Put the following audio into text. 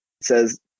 says